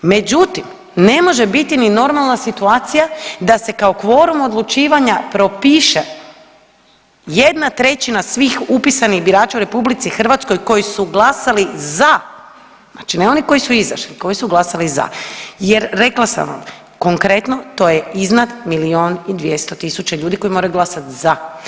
Međutim, ne može biti ni normalna situacija da se kao kvorum odlučivanja propiše jedna trećina svih upisanih birača u RH koji su glasali za, znači ne oni koji su izašli, koji su glasali za jer, rekla sam vam, konkretno, to je iznad milijun i 200 tisuća ljudi koji moraju glasati za.